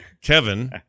Kevin